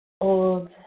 old